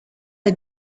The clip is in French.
est